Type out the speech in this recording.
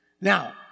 Now